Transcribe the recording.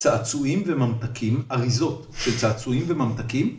‫צעצועים וממתקים, אריזות ‫של צעצועים וממתקים.